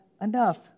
enough